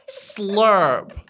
slurp